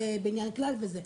לבניין כלל וזה,